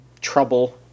trouble